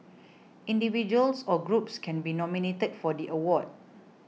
individuals or groups can be nominated for the award